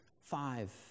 five